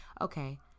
Okay